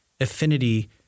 affinity